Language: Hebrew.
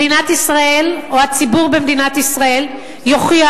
מדינת ישראל או הציבור במדינת ישראל יוכיח